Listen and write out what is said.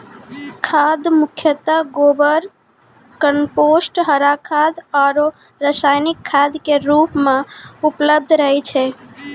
खाद मुख्यतः गोबर, कंपोस्ट, हरा खाद आरो रासायनिक खाद के रूप मॅ उपलब्ध रहै छै